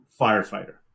firefighter